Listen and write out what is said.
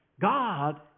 God